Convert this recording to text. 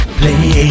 play